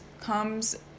comes